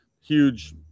huge